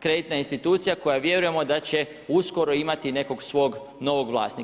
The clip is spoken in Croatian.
kreditna institucija koja vjerujemo da će uskoro imati i nekog svog novog vlasnika.